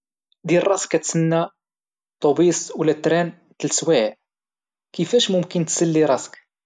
دير راسك كتسنى الطوبيس ولى تران ثلاث سوايع كفاش ممكن تسلي راسك؟